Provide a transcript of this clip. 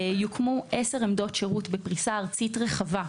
יוקמו 10 עמדות שירות בפריסה ארצית רחבה.